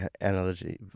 analogy